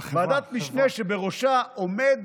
אך ועדת משנה שבראשה עומד